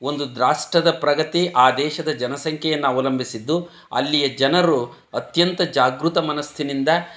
ಒಂದು ದ್ರಾಷ್ಟದ ಪ್ರಗತಿ ಆ ದೇಶದ ಜನಸಂಖ್ಯೆಯನ್ನು ಅವಲಂಬಿಸಿದ್ದು ಅಲ್ಲಿಯ ಜನರು ಅತ್ಯಂತ ಜಾಗೃತ ಮನಸ್ಸಿನಿಂದ